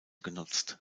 genutzt